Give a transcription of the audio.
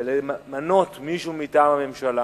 ולמנות מישהו מטעם הממשלה